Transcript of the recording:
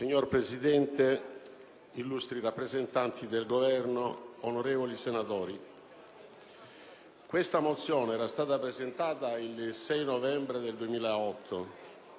Signor Presidente, illustri rappresentanti del Governo, onorevoli senatori, la mozione n. 57 è stata presentata il 6 novembre 2008.